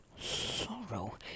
sorrow